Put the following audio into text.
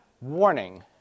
warning